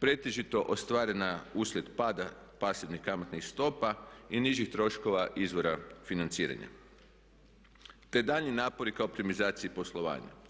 pretežito ostvarena uslijed pada pasivnih kamatnih stopa i nižih troškova izvora financiranja te daljnji napori ka optimizaciji poslovanja.